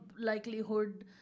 likelihood